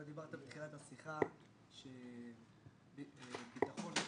אתה דיברת בתחילת השיחה שהערכה עצמית,